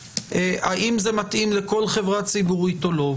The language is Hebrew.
האם זה מתאים לכל חברה ציבורית או לא.